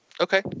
Okay